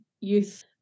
youth